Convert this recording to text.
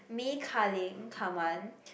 me Ka-Ling Ka-Man